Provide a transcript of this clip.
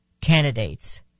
candidates